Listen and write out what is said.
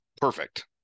Perfect